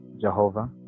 Jehovah